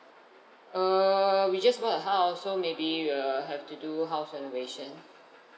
err we just bought a house so maybe err have to do house renovation